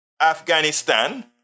Afghanistan